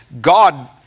God